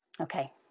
Okay